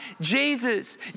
Jesus